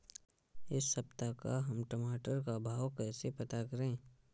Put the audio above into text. इस सप्ताह का हम टमाटर का भाव कैसे पता करें?